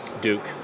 Duke